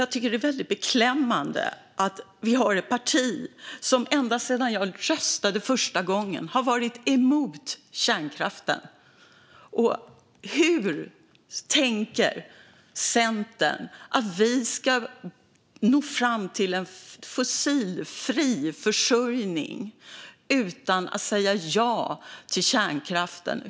Jag undrar hur Centerpartiet, som är ett parti som ända sedan jag röstade för första gången har varit emot kärnkraften, tänker att vi ska nå fram till en fossilfri energiförsörjning utan att säga ja till kärnkraften.